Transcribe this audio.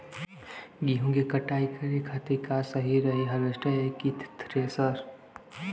गेहूँ के कटाई करे खातिर का सही रही हार्वेस्टर की थ्रेशर?